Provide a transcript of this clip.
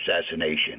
assassination